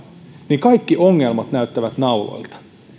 niin kaikki ongelmat näyttävät nauloilta